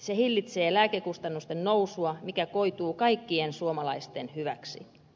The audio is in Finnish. se hillitsee lääkekustannusten nousua mikä koituu kaikkien suomalaisten hyväksi